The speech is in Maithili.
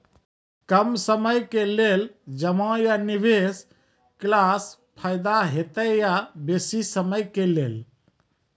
कम समय के लेल जमा या निवेश केलासॅ फायदा हेते या बेसी समय के लेल?